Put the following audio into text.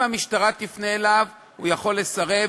אם המשטרה תפנה אליו הוא יכול לסרב,